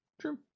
True